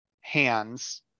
hands